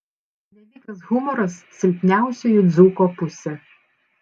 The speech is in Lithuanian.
nevykęs humoras silpniausioji dzūko pusė